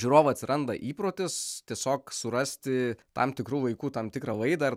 žiūrovą atsiranda įprotis tiesiog surasti tam tikru laiku tam tikrą laidą ar